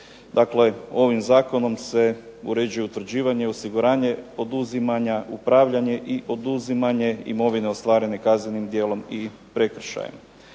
ovim zakonom se određuje utvrđivanje, osiguranje oduzimanja, upravljanje i oduzimanje imovine ostvarene kaznenim djelom i prekršajem.